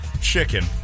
chicken